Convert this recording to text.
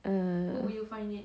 err